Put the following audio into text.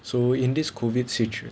so in this COVID situation